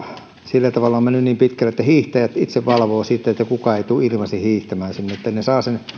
on mennyt niin pitkälle että hiihtäjät itse valvovat ettei kukaan tule ilmaiseksi hiihtämään sinne että ne saavat sen